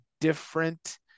different